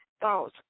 thoughts